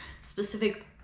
specific